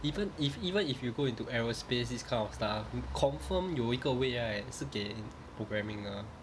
even if even if you go into aerospace this kind of stuff we confirm 有一个位是给 programming 的